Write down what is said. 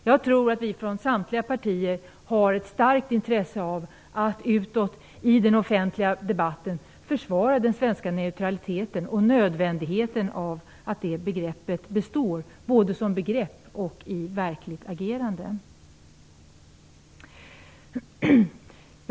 Jag tror att vi i samtliga partier har ett starkt intresse av att utåt i den offentliga debatten försvara den svenska neutraliteten och nödvändigheten av att det begreppet består, både som begrepp och i form av verkligt agerande.